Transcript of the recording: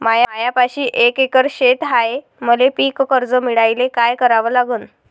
मायापाशी एक एकर शेत हाये, मले पीककर्ज मिळायले काय करावं लागन?